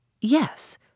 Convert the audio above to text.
Yes